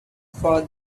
for